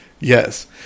Yes